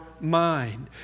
mind